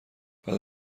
بعد